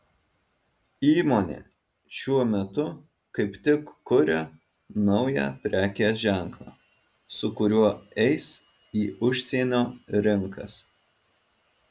įmonė šiuo metu kaip tik kuria naują prekės ženklą su kuriuo eis į užsienio rinkas